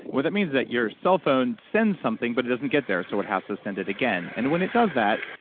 what that means is that your cell phone sends something but it doesn't get there so it has to send it again. and when it does that,